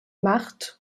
macht